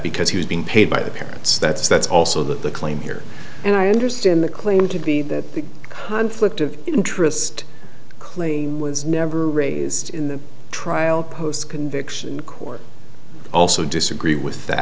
because he was being paid by the parents that's that's also the claim here and i understand the claim to be that the conflict of interest claim was never raised in the trial post conviction the court also disagree with that